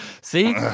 See